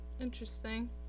interesting